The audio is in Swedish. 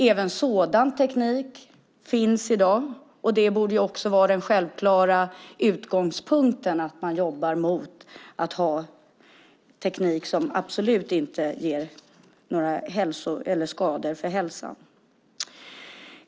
Även sådan teknik finns i dag, och det borde vara den självklara utgångspunkten att man jobbar med teknik som inte ger några skador på hälsan.